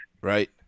Right